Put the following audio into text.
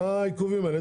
מה העיכובים האלה?